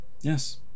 Yes